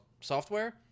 software